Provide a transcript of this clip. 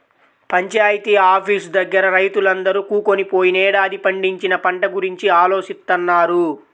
panchayat office దగ్గర రైతులందరూ కూకొని పోయినేడాది పండించిన పంట గురించి ఆలోచిత్తన్నారు